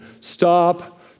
stop